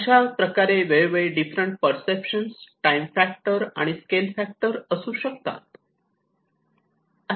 अशाप्रकारे वेळोवेळी different perception time factor and scale factor असू शकतात